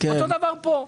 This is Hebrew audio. אותו דבר פה.